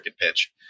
pitch